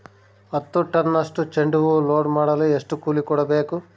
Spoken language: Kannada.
ಹತ್ತು ಟನ್ನಷ್ಟು ಚೆಂಡುಹೂ ಲೋಡ್ ಮಾಡಲು ಎಷ್ಟು ಕೂಲಿ ಕೊಡಬೇಕು?